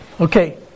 Okay